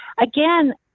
again